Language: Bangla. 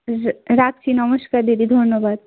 রাখছি নমস্কার দিদি ধন্যবাদ